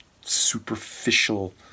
superficial